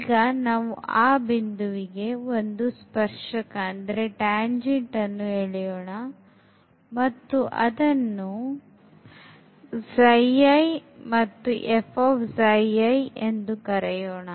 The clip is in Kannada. ಈಗ ನಾವು ಆ ಬಿಂದುವಿಗೆ ಒಂದು ಸ್ಪರ್ಶಕವನ್ನು ಎಳೆಯೋಣ ಮತ್ತು ಅದನ್ನು ಮತ್ತು ಎಂದು ಕರೆಯೋಣ